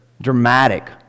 dramatic